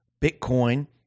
Bitcoin